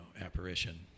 apparition